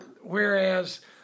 whereas